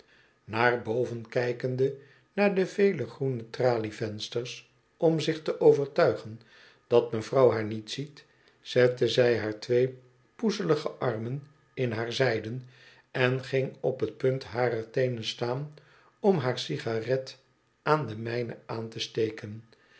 naar boven kijkende naar de vele groene tralievensters om zich te overtuigen dat mevrouw haar niet ziet zette zij haar twee poezelige armen in haar zijden en ging op t punt harer teenen staan om haar cigarette aan de mijne aan te steken